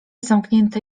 zamknięte